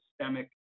systemic